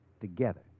together